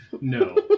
No